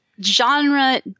genre